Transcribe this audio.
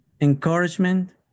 encouragement